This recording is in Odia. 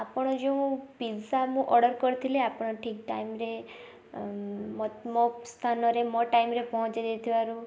ଆପଣ ଯେଉଁ ପିଜା ମୁଁ ଅର୍ଡ଼ର୍ କରିଥିଲି ଆପଣ ଠିକ୍ ଟାଇମ୍ରେ ମୋ ମୋ ସ୍ଥାନରେ ମୋ ଟାଇମ୍ରେ ପହଞ୍ଚେଇ ଦେଇଥିବାରୁ